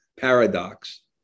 paradox